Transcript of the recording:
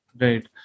Right